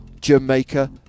Jamaica